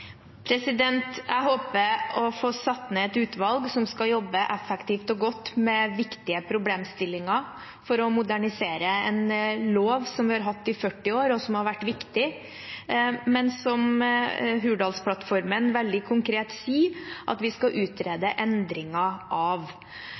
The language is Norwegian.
Jeg håper å få satt ned et utvalg som skal jobbe effektivt og godt med viktige problemstillinger for å modernisere en lov som vi har hatt i 40 år, og som har vært viktig, men som Hurdalsplattformen veldig konkret sier at vi skal utrede